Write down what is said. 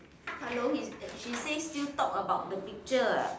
hello is she say still talk about the picture ah